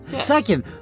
Second